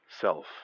self